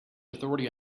authority